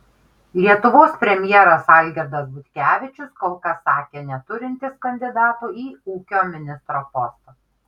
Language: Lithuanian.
lietuvos premjeras algirdas butkevičius kol kas sakė neturintis kandidatų į ūkio ministro postą